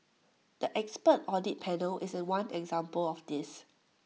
the expert audit panel is one example of this